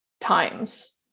times